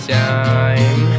time